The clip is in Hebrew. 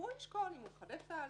והוא ישקול אם הוא מחדש את ההליך,